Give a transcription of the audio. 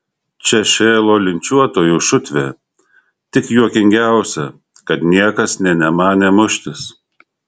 čia šėlo linčiuotojų šutvė tik juokingiausia kad niekas nė nemanė muštis